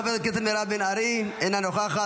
חברת הכנסת מירב בן ארי, אינה נוכחת.